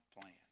plan